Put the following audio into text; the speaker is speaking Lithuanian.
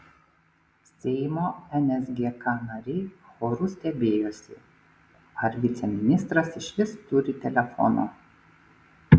seimo nsgk nariai choru stebėjosi ar viceministras išvis turi telefoną